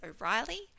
O'Reilly